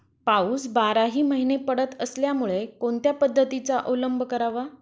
पाऊस बाराही महिने पडत असल्यामुळे कोणत्या पद्धतीचा अवलंब करावा?